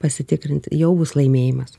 pasitikrinti jau bus laimėjimas